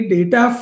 Data